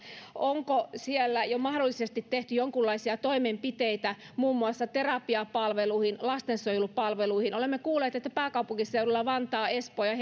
onko siellä jo mahdollisesti tehty jonkunlaisia toimenpiteitä muun muassa terapiapalveluihin lastensuojelupalveluihin olemme kuulleet että pääkaupunkiseudulla vantaa espoo ja